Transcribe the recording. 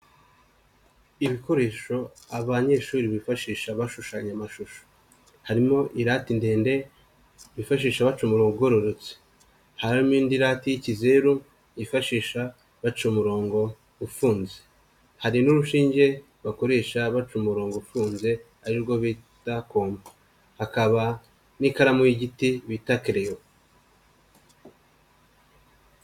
Ibikoresho abanyeshuri bifashisha bashushanya amashusho, harimo irate ndende bifashisha bacumura ugororotse, harimo indi lati y'ikizeru yifashisha baca umurongo ufunze, hari n'urushinge bakoresha baca umurongo ufunze ari rwo bita kompa, hakaba n'ikaramu y'igiti bita kereyo.